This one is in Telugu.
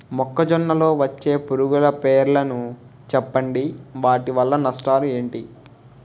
మొక్కజొన్న లో వచ్చే పురుగుల పేర్లను చెప్పండి? వాటి వల్ల నష్టాలు ఎంటి?